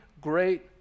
great